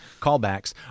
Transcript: Callbacks